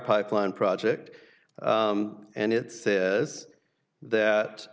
pipeline project and it says that